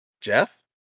Jeff